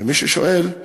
ומי ששואל,